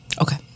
Okay